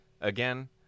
Again –